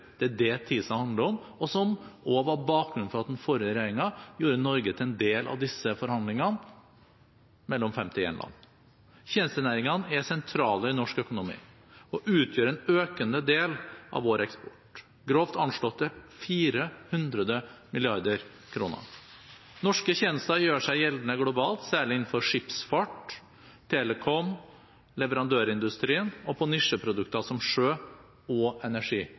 Det er det TISA handler om, og var også bakgrunnen for at den forrige regjeringen gjorde Norge til en del av disse forhandlingene mellom 51 land. Tjenestenæringene er sentrale i norsk økonomi og utgjør en økende del av vår eksport, grovt anslått til 400 mrd. kr. Norske tjenester gjør seg gjeldende globalt, særlig innenfor skipsfart, telekom, leverandørindustrien og på nisjeprodukter som sjø- og